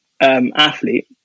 athlete